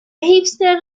هیپسترها